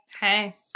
Hey